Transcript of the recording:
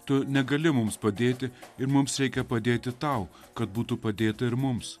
tu negali mums padėti ir mums reikia padėti tau kad būtų padėta ir mums